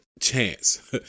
chance